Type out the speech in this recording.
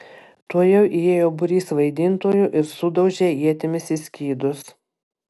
tuojau įėjo būrys vaidintojų ir sudaužė ietimis į skydus